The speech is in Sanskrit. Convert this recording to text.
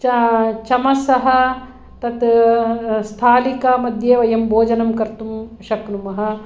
चमसः तत् स्थालिका मध्ये वयं भोजनङ्कर्तुं शक्नुमः